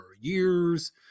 years